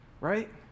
right